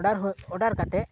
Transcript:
order ᱦᱩ ᱚᱰᱟᱨ ᱠᱟᱛᱮ